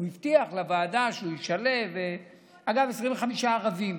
הוא הבטיח לוועדה שהוא ישלב, אגב, יש 25 ערבים,